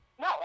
No